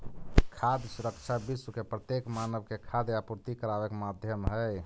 खाद्य सुरक्षा विश्व के प्रत्येक मानव के खाद्य आपूर्ति कराबे के माध्यम हई